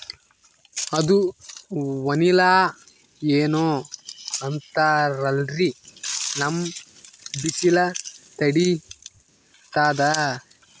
ಅದು ವನಿಲಾ ಏನೋ ಅಂತಾರಲ್ರೀ, ನಮ್ ಬಿಸಿಲ ತಡೀತದಾ?